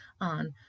on